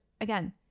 again